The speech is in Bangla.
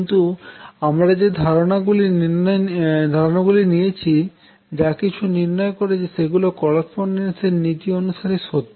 কিন্তু আমরা যে ধারনা গুলি নিয়েছি এবং যা কিছু নির্ণয় করেছি সেগুলি করস্পন্ডেস এর নীতি অনুসারে সত্য